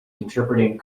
interpreting